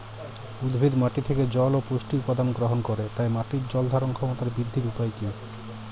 উদ্ভিদ মাটি থেকে জল ও পুষ্টি উপাদান গ্রহণ করে তাই মাটির জল ধারণ ক্ষমতার বৃদ্ধির উপায় কী?